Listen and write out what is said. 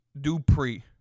Dupree